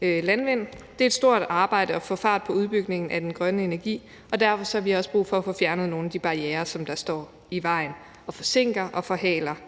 landvind. Det er et stort arbejde at få fart på udbygningen af den grønne energi, og derfor har vi også brug for at få fjernet nogle af de barrierer, som forsinker og forhaler